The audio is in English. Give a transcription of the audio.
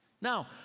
Now